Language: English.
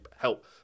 help